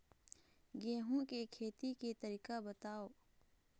गेहूं के खेती के तरीका बताव?